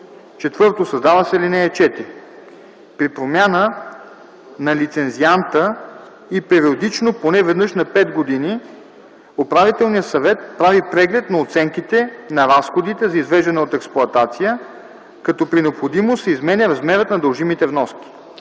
4. Създава се ал. 4: „(4) При промяна на лицензианта и периодично, поне веднъж на 5 години, управителният съвет прави преглед на оценките на разходите за извеждане от експлоатация, като при необходимост се изменя размерът на дължимите вноски.”